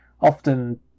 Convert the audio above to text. often